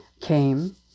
came